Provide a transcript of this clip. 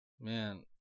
man